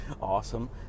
awesome